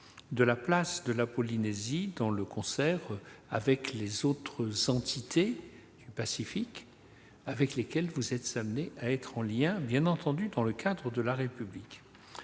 de la place de la Polynésie au regard des autres entités du Pacifique avec lesquelles elle est amenée à être en lien, bien entendu dans le cadre de la République.